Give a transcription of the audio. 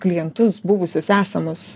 klientus buvusius esamus